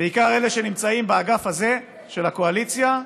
בעיקר אלה שנמצאים באגף הזה, של הקואליציה: